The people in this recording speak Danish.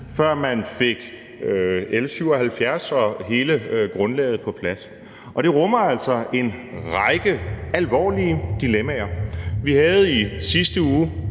før man fik L 77 og hele grundlaget på plads, og det rummer altså en række alvorlige dilemmaer. Vi havde i sidste uge